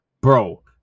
Bro